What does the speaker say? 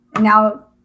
Now